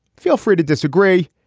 feel free to disagree.